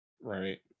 Right